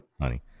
honey